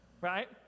right